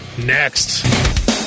next